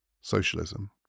socialism